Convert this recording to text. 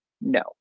no